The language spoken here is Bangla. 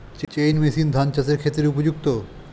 চেইন মেশিন ধান চাষের ক্ষেত্রে উপযুক্ত?